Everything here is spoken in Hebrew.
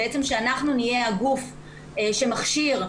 שאנחנו נהיה הגוף שמכשיר,